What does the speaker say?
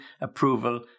approval